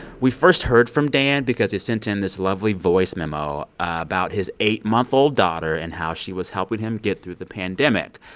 we first heard from dan because he sent in this lovely voice memo about his eight month old daughter and how she was helping him get through the pandemic.